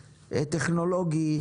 טכנולוגי,